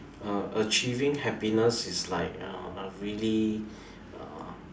uh achieving happiness is like uh really uh